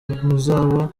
muzaba